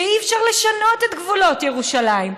שאי-אפשר לשנות את גבולות ירושלים.